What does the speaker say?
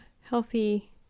healthy